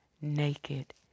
naked